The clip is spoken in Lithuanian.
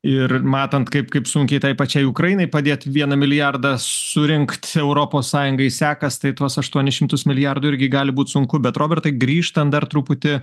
ir matant kaip kaip sunkiai tai pačiai ukrainai padėt vieną milijardą surinkt europos sąjungai sekas tai tuos aštuonis šimtus milijardų irgi gali būt sunku bet robertai grįžtam dar truputį